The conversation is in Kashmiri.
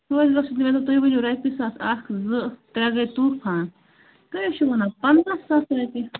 توٚتہِ گوٚژھ تُہۍ اگر ؤنِو رۄپیہِ ساس اَکھ زٕ ترٛےٚ گٔے طوٗفان تُہۍ حظ چھِو وَنان پنٛداہ ساس رۄپیہِ